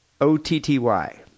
O-T-T-Y